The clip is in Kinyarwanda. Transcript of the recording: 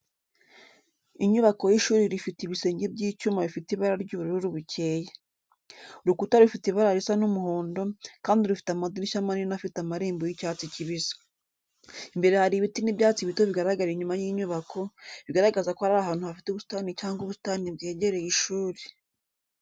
Inyubako y’ishuri rifite ibisenge by’icyuma bifite ibara ry’ubururu bukeye. Urukuta rufite ibara risa n’umuhondo, kandi rufite amadirishya manini afite amarembo y’icyatsi kibisi. Imbere hari ibiti n’ibyatsi bito bigaragara inyuma y’inyubako, bigaragaza ko iri ahantu hafite ubusitani cyangwa ubusitani bwegereye ishuri.